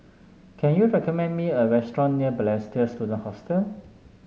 can you recommend me a restaurant near Balestier Student Hostel